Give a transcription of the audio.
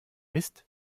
mist